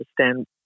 understand